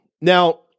Now